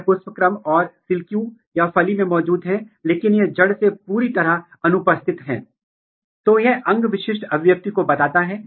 इस वैश्विक विश्लेषण के माध्यम से सभी सक्रिय जीन को यदि आप यहां देखते हैं तो उन्हें मेरिस्टेमेटिक क्षेत्र में व्यक्त किया जाता है